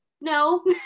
no